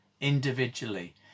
individually